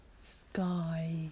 sky